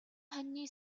хонины